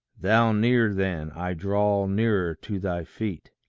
thou near then, i draw nearer to thy feet,